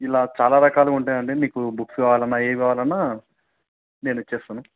ఇలా చాలా రకాలుగా ఉంటాయండి మీకు బుక్స్ కావాలన్నా ఏవి కావాలన్నా నేను ఇచ్చేస్తాను